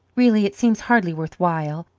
really it seems hardly worth while.